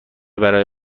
برای